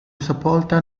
sepolta